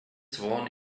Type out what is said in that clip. sworn